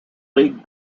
league